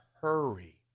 hurry